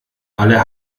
aller